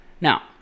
Now